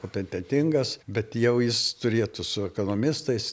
kompetentingas bet jau jis turėtų su ekonomistais